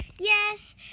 Yes